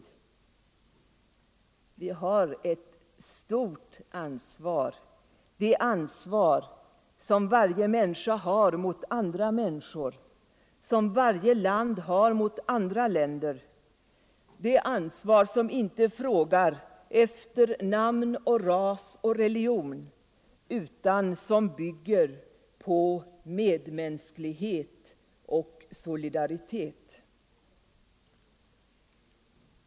Vi har ett stort ansvar — det ansvar som varje människa har mot andra människor, som varje land har mot andra länder, det ansvar som inte frågar efter namn och ras och religion utan som bygger på medmänsklighet och solidaritet.